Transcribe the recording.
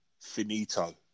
finito